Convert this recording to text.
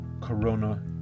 Corona